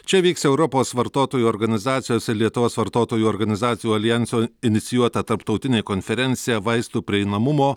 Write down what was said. čia vyks europos vartotojų organizacijos ir lietuvos vartotojų organizacijų aljanso inicijuota tarptautinė konferencija vaistų prieinamumo